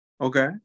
Okay